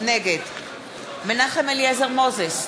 נגד מנחם אליעזר מוזס,